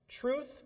Truth